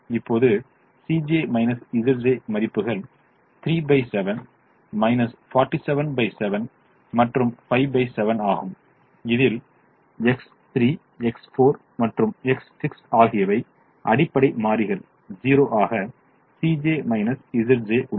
இப்போது மதிப்புகள் 37 477 மற்றும் 57 ஆகும் இதில் X3 X4 மற்றும் X6 ஆகியவை அடிப்படை மாறிகள் 0 ஆக உள்ளன